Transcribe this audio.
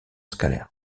scalaire